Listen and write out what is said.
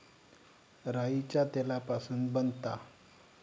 राईच्या तेलापासून बनता